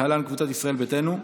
להלן: קבוצת ישראל ביתנו,